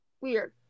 Weird